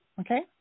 Okay